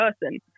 person